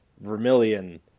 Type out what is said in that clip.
Vermilion